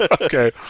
Okay